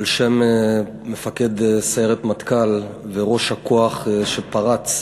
על-שם מפקד סיירת מטכ"ל וראש הכוח שפרץ